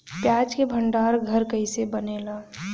प्याज के भंडार घर कईसे बनेला?